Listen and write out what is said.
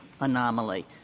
anomaly